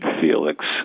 Felix